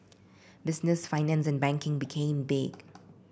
business finance and banking became big